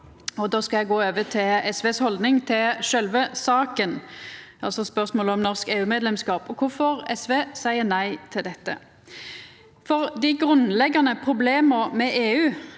Då skal eg gå over til SVs haldning til sjølve saka, altså spørsmålet om norsk EU-medlemskap og kvifor SV seier nei til dette. Dei grunnleggjande problema med EU